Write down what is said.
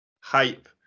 hype